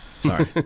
Sorry